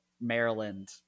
Maryland